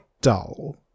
dull